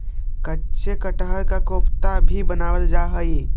कच्चे कटहल का कोफ्ता भी बनावाल जा हई